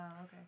okay